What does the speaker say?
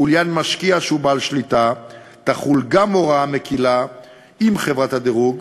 ולעניין משקיע שהוא בעל שליטה תחול גם הוראה מקִלה עם חברת הדירוג,